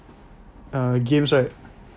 uh games right